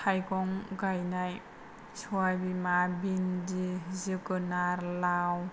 थाइगं गायनाय सबायबिमा भिनदि जोगोनार लाउ